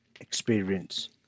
experience